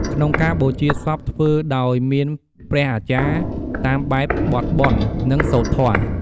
ក្នុងការបូជាសពធ្វើដោយមានព្រះអាចារ្យ តាមបែបបទបុណ្យ និងសូត្រធម៌។